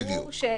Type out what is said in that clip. ברור ש --- לא,